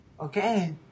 Okay